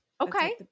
Okay